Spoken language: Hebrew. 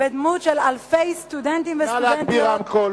בדמות אלפי סטודנטים וסטודנטיות